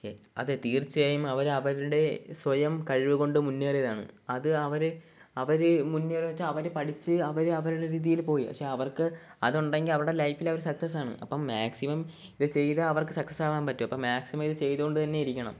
അതേ തീർച്ചയായും അവർ അവരുടെ സ്വയം കഴിവുകൊണ്ട് മുന്നേറിയതാണ് അത് അവർ അവർ മുന്നേറിയതെന്ന് വച്ചാൽ അവർ പഠിച്ചു അവർ അവരുടെ രീതിയിൽ പോയി പക്ഷെ അവർക്ക് അതുണ്ടെങ്കിൽ അവരുടെ ലൈഫിൽ അവര് സക്സസാണ് അപ്പം മാക്സിമം ഇത് ചെയ്യുക അവർക്ക് സക്സ്സാവാൻ പറ്റും അപ്പം മാക്സിമം ഇത് ചെയ്തു കൊണ്ടന്നെ ഇരിക്കണം